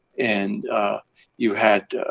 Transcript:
and you had,